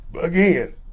again